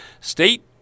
State